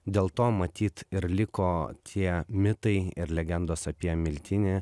dėl to matyt ir liko tie mitai ir legendos apie miltinį